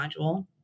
module